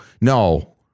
No